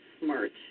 smart